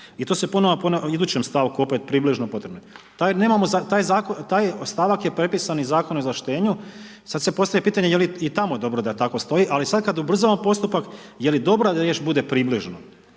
i to se ponovno ponavlja u idućem stavku, opet približno potrebnoj. Taj stavak je prepisan iz Zakona o izvlaštenju, sad se postavlja pitanje je li i tamo dobro da tako stoji, ali sad kad ubrzamo postupak, je li dobra da riječ bude približno?